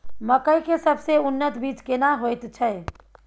मकई के सबसे उन्नत बीज केना होयत छै?